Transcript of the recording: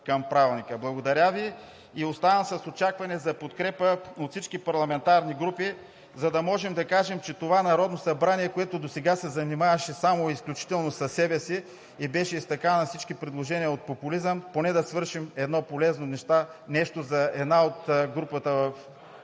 към Правилника. Оставам с очакването за подкрепа от всички парламентарни групи, за да можем да кажем, че това Народно събрание, което досега се занимаваше само и изключително със себе си и беше изтъкано от всички предложения за популизъм, поне да свършим едно полезно нещо за групата на